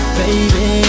baby